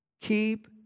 Keep